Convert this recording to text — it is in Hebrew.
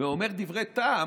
ואומר דברי טעם,